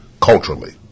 culturally